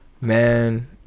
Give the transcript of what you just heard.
Man